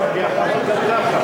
אני אחרון גם כך.